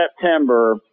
September